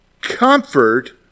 comfort